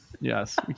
Yes